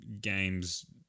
games